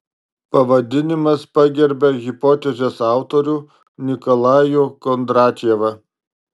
pavadinimas pagerbia hipotezės autorių nikolajų kondratjevą